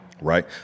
right